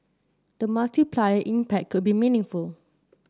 the multiplier impact could be meaningful